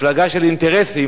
מפלגה של אינטרסים,